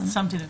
שמתי לב.